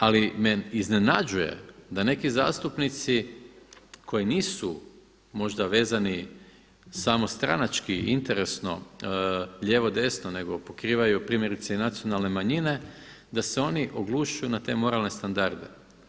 Ali me iznenađuje da neki zastupnici koji nisu možda vezani samo stranački i interesno lijevo desno, nego pokrivaju primjerice i nacionalne manjine da se oni oglušuju na te moralne standarde.